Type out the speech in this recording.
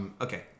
Okay